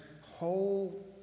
whole